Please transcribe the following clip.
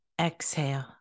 Exhale